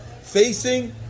facing